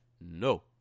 No